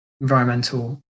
environmental